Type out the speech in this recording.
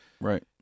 Right